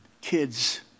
kids